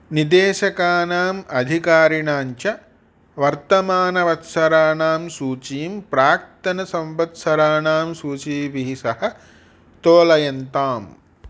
निदेशकानाम् अधिकारिणां च वर्तमानवत्सराणां सूचीं प्राक्तनसंवत्सराणां सूचीभिः सह तोलयन्ताम्